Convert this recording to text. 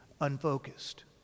unfocused